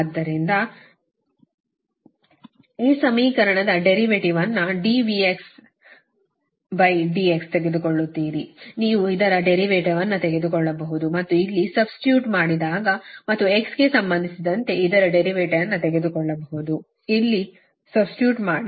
ಆದ್ದರಿಂದ ಈ ಸಮೀಕರಣದ ಡೆರಿವೇಟಿವನ್ನು dVdx ತೆಗೆದುಕೊಳ್ಳುತ್ತೀರಿ ನೀವು ಇದರ ಡೆರಿವೇಟಿವನ್ನು ತೆಗೆದುಕೊಳ್ಳಬಹುದು ಮತ್ತು ಇಲ್ಲಿ ಸಬ್ಸ್ಟಿಟ್ಯೂಟ್ ಮಾಡಿ ಮತ್ತು x ಗೆ ಸಂಬಂಧಿಸಿದಂತೆ ಇದರ ಡೆರಿವೇಟಿವನ್ನು ತೆಗೆದುಕೊಳ್ಳಬಹುದು ಇಲ್ಲಿ ಸಬ್ಸ್ಟಿಟ್ಯೂಟ್ ಮಾಡಿ